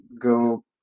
go